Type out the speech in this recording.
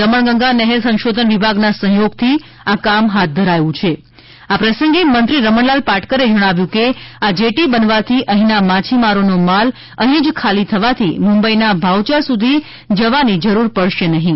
દમણગંગા નહેર સંશોધન વિભાગના સહયોગથી આ કામ હાથ ધરાયું છે આ પ્રસંગે મંત્રી રમણલાલ પાટકરે જણાવ્યું હતું કે આ જેટી બનવાથી અહીંના માછીમારોનો માલ અહીં જ ખાલી થવાથી મુંબઇના ભાઉયા સુધી જવાની જરૂર પડશે નહીં